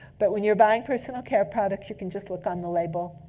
but when you're buying personal care products, you can just look on the label.